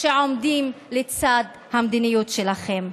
שעומדים לצד המדיניות שלכם.